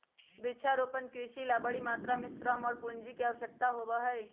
वृक्षारोपण कृषि ला बड़ी मात्रा में श्रम और पूंजी के आवश्यकता होबा हई